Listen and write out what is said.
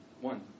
One